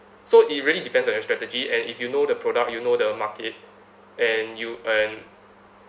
so it really depends on your strategy and if you know the product you know the market and you and